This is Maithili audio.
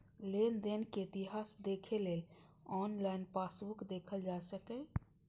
लेनदेन के इतिहास देखै लेल ऑनलाइन पासबुक देखल जा सकैए